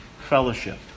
fellowship